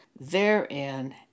Therein